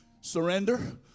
Surrender